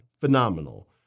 Phenomenal